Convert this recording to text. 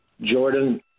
Jordan